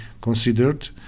considered